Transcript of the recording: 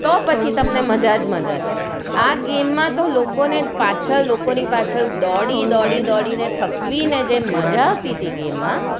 તો પછી તમને મજા જ મજા છે આ ગેમમાં તો લોકોને પાછળ લોકોની પાછળ દોડી દોડી દોડીને થકવીને જે મજા આવતી હતી ગેમમાં